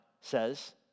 says